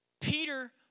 Peter